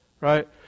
Right